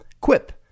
Quip